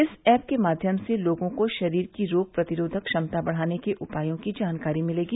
इस ऐप के माध्यम से लोगों को शरीर की रोग प्रतिरोधक क्षमता बढ़ाने के उपायों की जानकारी मिलेगी